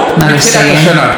הממשלה הזאת,